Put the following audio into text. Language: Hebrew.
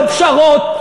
לא פשרות.